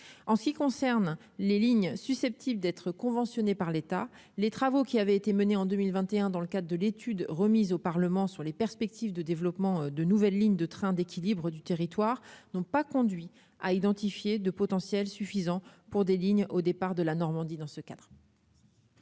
en ce qui concerne les lignes susceptibles d'être conventionnée par l'État, les travaux qui avait été menée en 2021, dans le cadre de l'étude remise au Parlement sur les perspectives de développement de nouvelles lignes de trains d'équilibre du territoire n'pas conduit à identifier de potentielles suffisant pour des lignes au départ de la Normandie dans ce cadre.